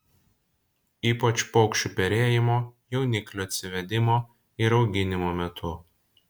ypač paukščių perėjimo jauniklių atsivedimo ir auginimo metu